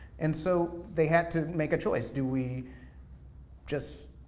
and so they had to make a choice, do we just